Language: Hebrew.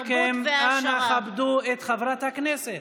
תרבות והעשרה.